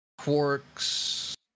Quarks